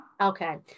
Okay